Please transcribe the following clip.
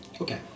Okay